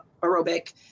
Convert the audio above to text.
aerobic